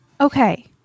Okay